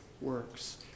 works